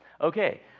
Okay